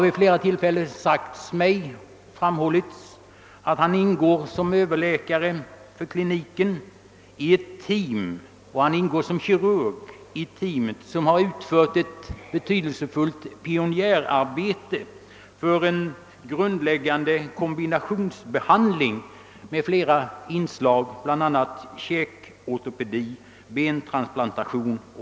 Vid flera tillfällen har det framhållits för mig, att han som överläkare för kliniken och som kirurg ingår i ett team som utfört ett betydelsefullt pionjärarbete i fråga om en grundläggande kombinationsbehandling med flera inslag, bl.a. käkortopedi och bentransplantation.